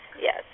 Yes